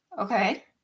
Okay